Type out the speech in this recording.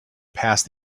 past